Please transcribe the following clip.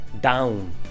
down